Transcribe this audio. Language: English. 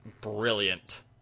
brilliant